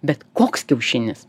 bet koks kiaušinis